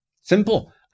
Simple